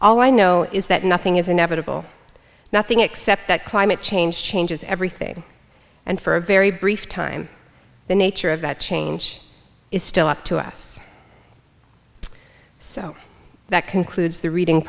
all i know is that nothing is inevitable nothing except that climate change changes everything and for a very brief time the nature of that change is still up to us so that concludes the reading